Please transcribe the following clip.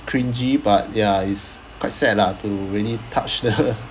cringe-y but ya is quite sad lah to really touch the